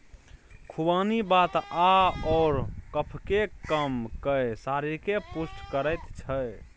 खुबानी वात आओर कफकेँ कम कए शरीरकेँ पुष्ट करैत छै